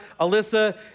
Alyssa